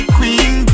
Queen